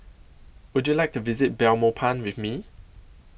Would YOU like to visit Belmopan with Me